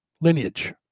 lineage